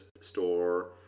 store